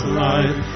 life